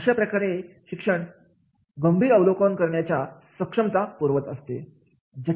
अशा प्रकारे शिक्षण गंभीर अवलोकन करण्याच्या सक्षमता पुरवत असते